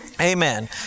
amen